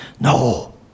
No